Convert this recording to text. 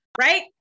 Right